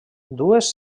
dues